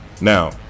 Now